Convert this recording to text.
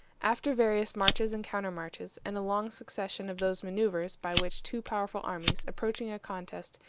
after various marches and countermarches, and a long succession of those maneuvers by which two powerful armies, approaching a contest,